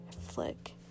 flick